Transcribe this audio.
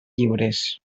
lliures